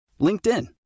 LinkedIn